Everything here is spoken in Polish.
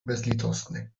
bezlitosny